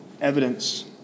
Evidence